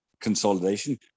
consolidation